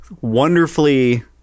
wonderfully